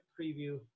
preview